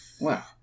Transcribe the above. Wow